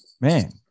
Man